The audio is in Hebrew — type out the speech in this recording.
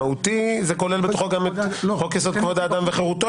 מהותי כולל בתוכו גם את חוק יסוד: כבוד האדם וחירותו,